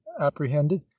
apprehended